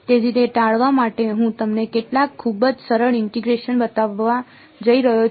તેથી તે ટાળવા માટે હું તમને કેટલાક ખૂબ જ સરળ ઇન્ટીગ્રેશન બતાવવા જઈ રહ્યો છું